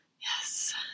Yes